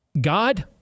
God